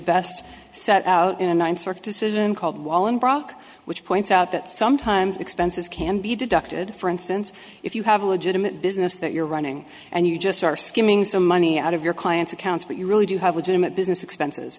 best set out in a ninth circuit decision called wallen brock which points out that sometimes expenses can be deducted for instance if you have a legitimate business that you're running and you just are skimming some money out of your client's accounts but you really do have a gym at business expenses